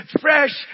fresh